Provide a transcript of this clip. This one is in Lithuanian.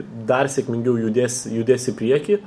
dar sėkmingiau judės judės į priekį